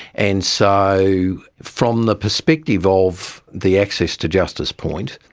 and so from the perspective of the access to justice point,